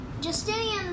Justinian